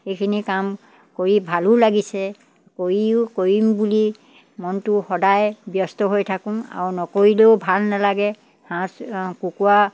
সেইখিনি কাম কৰি ভালো লাগিছে কৰিও কৰিম বুলি মনটো সদায় ব্যস্ত হৈ থাকোঁ আৰু নকৰিলেও ভাল নালাগে হাঁহ কুকুৰা